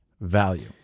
value